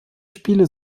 spiele